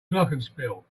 glockenspiel